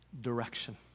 direction